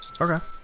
Okay